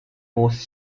most